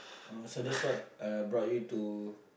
so that's what uh brought you to